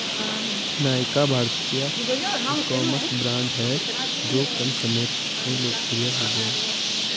नायका भारतीय ecommerce brand हैं जो कम समय में लोकप्रिय हो गया